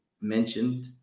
mentioned